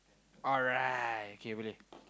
alright k boleh